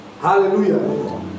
Hallelujah